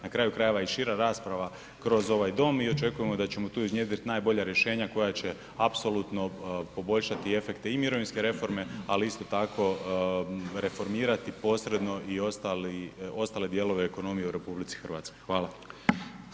Na kraju krajeva i šira rasprava kroz ovaj Dom i očekujemo da ćemo tu iznjedriti najbolja rješenja koja će apsolutno poboljšati efekte i mirovinske reforme ali isto tako reformirati posredno i ostali, ostale dijelove ekonomije u RH.